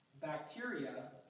bacteria